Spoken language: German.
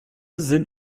sind